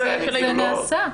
להורים.